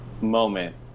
moment